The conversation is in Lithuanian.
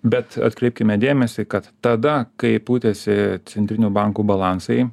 bet atkreipkime dėmesį kad tada kai pūtėsi centrinių bankų balansai